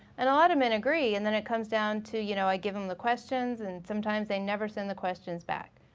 and a lot of men agree and then it comes down to you know i give him the questions and sometimes they never send the questions back.